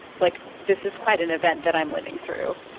like, this is quite an event that i'm living through?